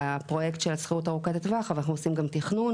לפרויקט של שכירות ארוכת הטווח אבל אנחנו עושים גם תכנון